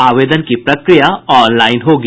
आवेदन की प्रक्रिया ऑन लाईन होगी